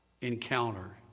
encounter